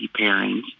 pairings